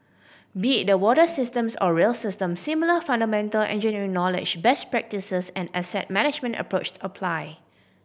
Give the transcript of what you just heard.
be it the water systems or rail system similar fundamental engineering knowledge best practices and asset management approached apply